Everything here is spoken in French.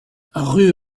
rue